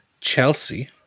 Chelsea